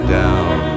down